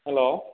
hello